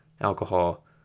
alcohol